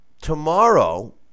tomorrow